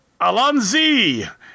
alonzi